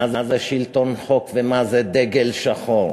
מה זה שלטון חוק ומה זה דגל שחור.